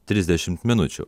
trisdešimt minučių